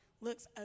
looks